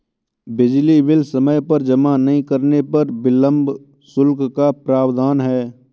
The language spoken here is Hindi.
बिजली बिल समय पर जमा नहीं करने पर विलम्ब शुल्क का प्रावधान है